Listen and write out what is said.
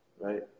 right